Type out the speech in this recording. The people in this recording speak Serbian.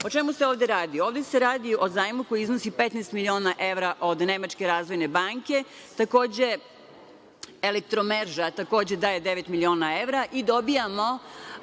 O čemu se ovde radi? Ovde se radi o zajmu koji iznosi 15 miliona evra od Nemačke Razvojne banke, takođe, Elektromreža daje devet miliona evra i dobijamo